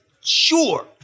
sure